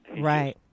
Right